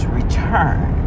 return